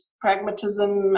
pragmatism